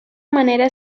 manera